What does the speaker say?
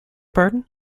pardon